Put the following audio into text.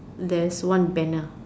there's one banner